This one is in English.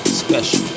special